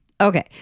Okay